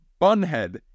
Bunhead